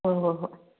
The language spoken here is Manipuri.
ꯍꯣꯏ ꯍꯣꯏ ꯍꯣꯏ